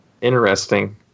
Interesting